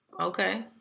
Okay